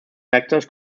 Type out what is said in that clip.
factors